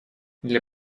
для